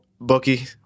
bookie